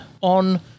on